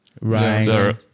Right